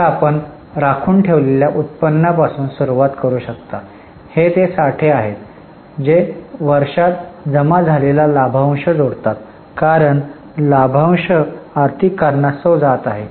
तर आपण राखून ठेवलेल्या उत्पन्नापासून सुरुवात करू शकता हे ते साठे आहेत जे वर्षात जमा झालेला लाभांश जोडतात कारण लाभांश आर्थिक कारणास्तव जात आहे